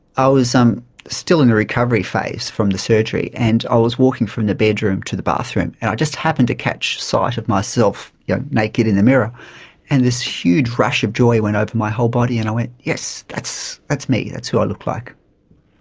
i was um still in the recovery phase from the surgery and i was walking from the bedroom to the bathroom and i just happened to catch sight of myself yeah naked in the mirror and this huge rush of joy went over my whole body and i went yes, that's that's me, that's who i look like.